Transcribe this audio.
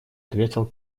ответил